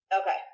Okay